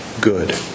Good